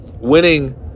winning